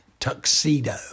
Tuxedo